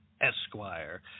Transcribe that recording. Esquire